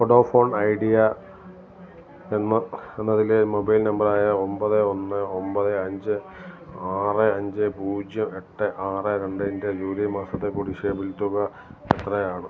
Vodafone Idea എന്ന എന്നതിലെ mobile നമ്പറായ ഒമ്പത് ഒന്ന് ഒമ്പത് അഞ്ച് ആറ് അഞ്ച് പൂജ്യം എട്ട് ആറ് രണ്ടിൻ്റെ ജൂലൈ മാസത്തെ കുടിശ്ശിക ബിൽ തുക എത്രയാണ്